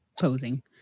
posing